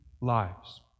lives